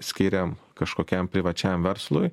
skiriam kažkokiam privačiam verslui